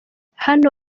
hano